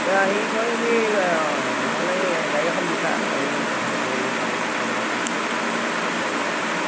হেৰি কৰিবি নহ'লে গাড়ী এখন বিচাৰ গাড়ী এখন খবৰ ল' ভাল চাই পেলাই এখন গাড়ী এখন ঠিক ঠাক